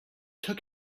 took